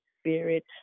spirit